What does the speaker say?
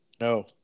No